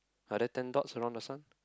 are there ten dots around the sun